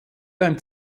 beim